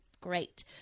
great